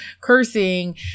cursing